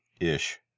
ish